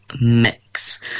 Mix